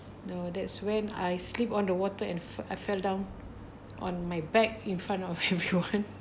uh that's when I slipped on the water and fe~ I fell down on my back in front of everyone